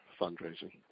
fundraising